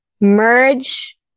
merge